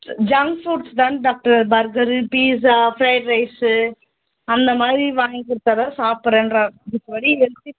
junk புட்ஸ்தான் doctor burger pizza fried rice அந்த மாதிரி வாங்கி கொடுத்தாதான் சாப்பிட்றேன்றான் மத்தபடி ஹெல்தி